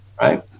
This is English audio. right